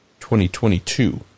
2022